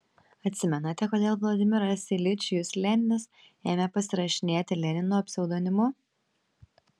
atsimenate kodėl vladimiras iljičius leninas ėmė pasirašinėti lenino pseudonimu